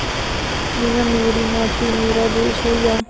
जेह्का मेरी माटी मेरा देश होइया